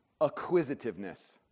acquisitiveness